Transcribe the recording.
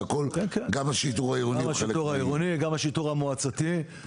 גם השיטור העירוני הוא חלק מהעניין.